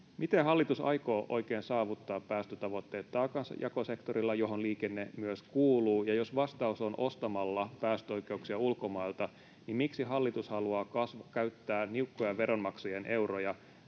Miten hallitus aikoo oikein saavuttaa päästötavoitteet taakanjakosektorilla, johon liikenne myös kuuluu? Ja jos vastaus on, että ostamalla päästöoikeuksia ulkomailta, niin miksi hallitus haluaa käyttää niukkoja veronmaksajien euroja